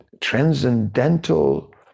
transcendental